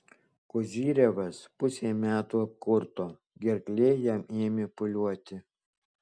kozyrevas pusei metų apkurto gerklė jam ėmė pūliuoti